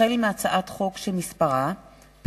החל מהצעת חוק